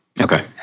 Okay